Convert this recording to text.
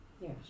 Yes